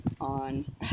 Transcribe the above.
on